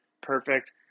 perfect